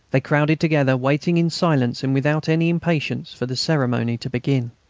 they crowded together, waiting in silence and without any impatience for the ceremony to begin.